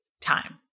time